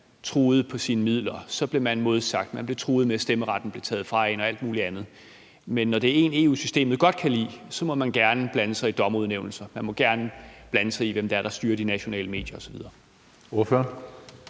truet på sine midler; så blev man modsagt, man blev truet med, at stemmeretten blev taget fra en, og alt muligt andet. Men når det er en, EU-systemet godt kan lide, så må man gerne blande sig i dommerudnævnelser; man må gerne blande sig i, hvem det er, der styrer de nationale medier osv.